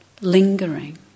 lingering